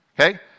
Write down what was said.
Okay